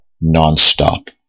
non-stop